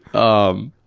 um,